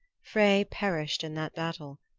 frey perished in that battle,